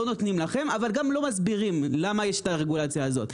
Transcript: לא נותנים לכם אבל גם לא מסבירים למה יש הרגולציה הזאת.